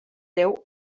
deu